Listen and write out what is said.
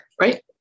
Right